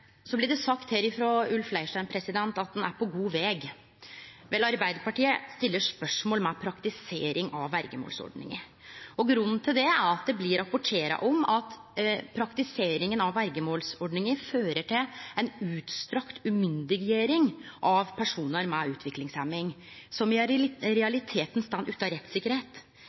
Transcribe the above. Så blei det sagt her frå Ulf Leirstein at ein er på god veg. Vel, Arbeidarpartiet stiller spørsmål ved praktiseringa av verjemålsordninga. Grunnen til det er at det blir rapportert at praktiseringa av verjemålsordninga fører til ei utstrekt umyndiggjering av personar med utviklingshemming, som i realiteten står utan rettssikkerheit.